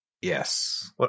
Yes